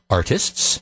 artists